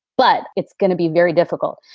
but it's going to be very difficult,